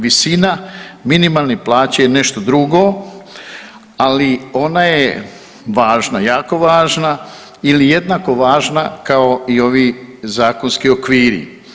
Visina minimalne plaće je nešto drugo, ali ona je važna, jako važna ili jednako važna kao i ovi zakonski okviri.